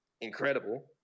incredible